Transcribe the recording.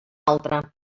altra